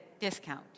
discount